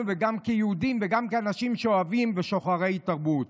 כיהודים וגם כאנשים אוהבי ושוחרי תרבות.